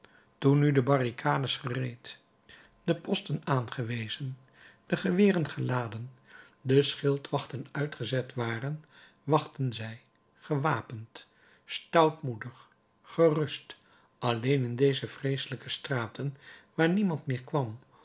toen nu de barricades gereed de posten aangewezen de geweren geladen de schildwachten uitgezet waren wachtten zij gewapend stoutmoedig gerust alleen in deze vreeselijke straten waar niemand meer kwam